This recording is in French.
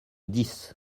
dix